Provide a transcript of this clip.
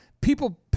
People